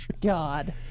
God